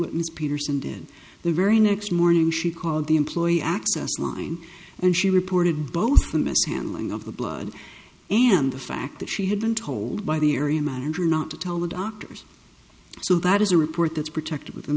ms peterson did and the very next morning she called the employee access line and she reported both the mishandling of the blood and the fact that she had been told by the area manager not to tell the doctors so that is a report that's protected within